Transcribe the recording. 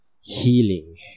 healing